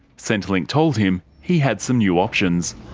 centrelink told him he had some new options.